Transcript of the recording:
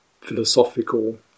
philosophical